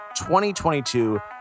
2022